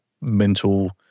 mental